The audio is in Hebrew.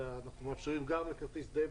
אז אנחנו מאפשרים גם לכרטיס דביט,